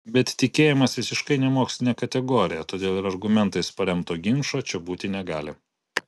bet tikėjimas visiškai nemokslinė kategorija todėl ir argumentais paremto ginčo čia būti negali